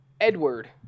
Edward